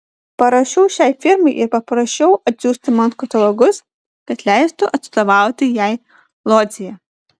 parašiau šiai firmai ir paprašiau atsiųsti man katalogus kad leistų atstovauti jai lodzėje